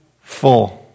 full